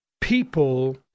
people